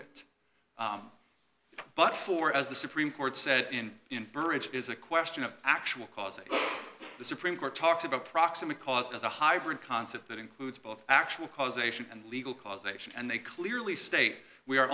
it but for as the supreme court said in infer it is a question of actual cause the supreme court talks about proximate cause as a hybrid concept that includes both actual causation and legal causation and they clearly state we are